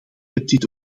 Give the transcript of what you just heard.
dit